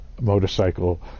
motorcycle